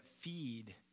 feed